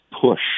push